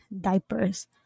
diapers